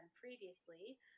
previously